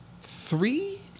three